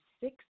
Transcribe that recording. six